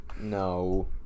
No